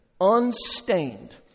unstained